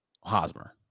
Hosmer